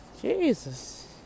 Jesus